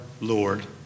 Lord